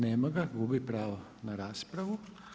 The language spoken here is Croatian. Nema ga, gubi pravo na raspravu.